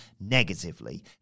negatively